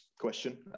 question